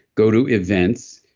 go to events,